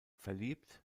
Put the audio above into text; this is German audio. verliebt